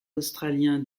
australien